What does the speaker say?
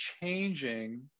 changing